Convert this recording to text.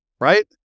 right